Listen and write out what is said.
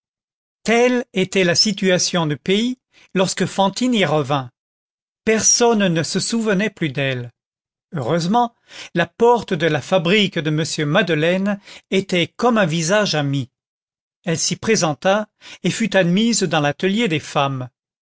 telle était la situation du pays lorsque fantine y revint personne ne se souvenait plus d'elle heureusement la porte de la fabrique de m madeleine était comme un visage ami elle s'y présenta et fut admise dans l'atelier des femmes